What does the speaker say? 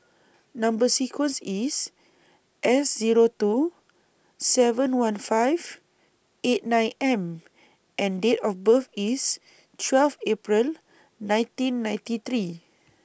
Number sequence IS S Zero two seven one five eight nine M and Date of birth IS twelve April nineteen ninety three